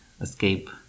escape